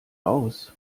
aus